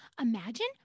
imagine